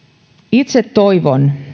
itse toivon